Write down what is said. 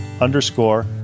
underscore